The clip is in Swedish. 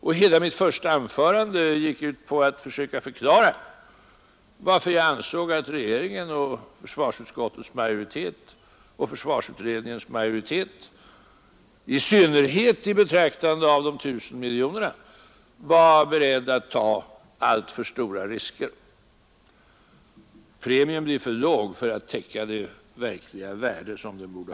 I hela mitt första anförande försökte jag förklara varför jag anser att regeringen, försvarsutredningens majoritet och försvarsutskottets majoritet i synnerhet i betraktande av de 1 000 miljo nerna var beredd att ta alltför stora risker. Premien blir för låg för att — Nr 91 täcka de risker man säger sig vilja täcka.